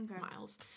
miles